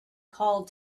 called